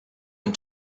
and